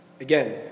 Again